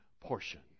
portion